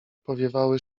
powiewały